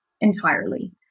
entirely